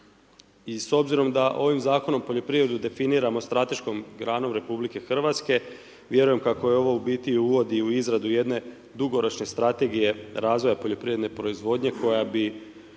I s obzirom da ovim zakonom, poljoprivredu definiramo strateškom granom RH, vjerujem kako je ovo u biti uvodi u izradu jedne dugoročne strategije razvoja poljoprivredne proizvodnje koja bi,